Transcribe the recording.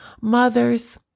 Mothers